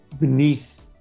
beneath